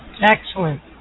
Excellent